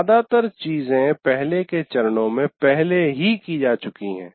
ज्यादातर चीजें पहले के चरणों में पहले ही की जा चुकी है